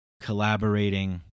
collaborating